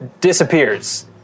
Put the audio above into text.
Disappears